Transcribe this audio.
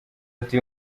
ati